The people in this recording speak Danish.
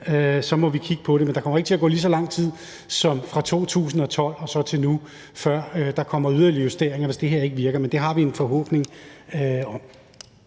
så må vi kigge på det. Men der kommer ikke til at gå lige så lang tid som fra 2012 og så til nu, før der kommer yderligere justeringer, hvis det her ikke virker – men det har vi en forhåbning om